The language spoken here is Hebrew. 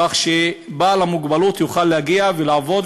כך שבעל המוגבלות יוכל להגיע ולעבוד,